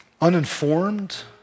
uninformed